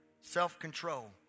self-control